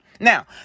Now